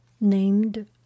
named